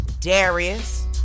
Darius